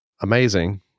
amazing